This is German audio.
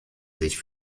sich